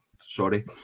Sorry